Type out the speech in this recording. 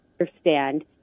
understand